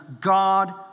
God